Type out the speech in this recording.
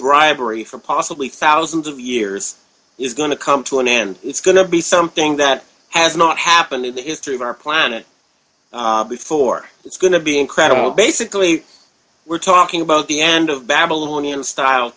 bribery for possibly thousands of years is going to come to an end it's going to be something that has not happened in the history of our planet before it's going to be incredible basically we're talking about the end of babylonian style